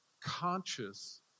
conscious